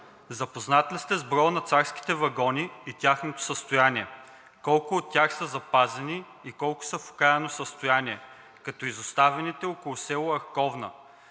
запознат ли сте с броя на царските вагони и тяхното състояние? Колко от тях са запазени и колко са в окаяно състояние, както изоставените около село Арковна?